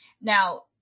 Now